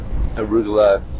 arugula